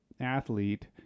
athlete